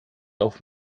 auf